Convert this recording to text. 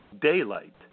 DAYLIGHT